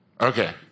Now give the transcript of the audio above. Okay